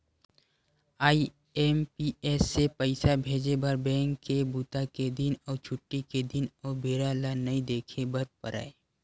IMPS से पइसा भेजे बर बेंक के बूता के दिन अउ छुट्टी के दिन अउ बेरा ल नइ देखे बर परय